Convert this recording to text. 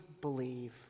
believe